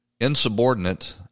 insubordinate